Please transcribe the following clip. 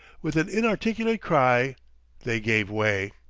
with an inarticulate cry they gave way.